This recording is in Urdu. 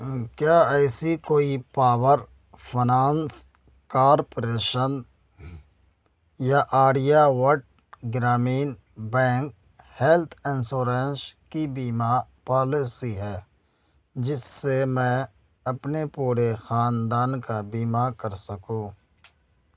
کیا ایسی کوئی پاور فنانس کارپوریشن یا Aryavart Gramin bank health insurance کی بیمہ پالیسی ہے جس سے میں اپنے پورے خاندان کا بیمہ کر سکوں